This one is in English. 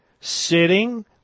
sitting